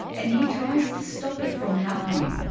and he tries to stop it from happening.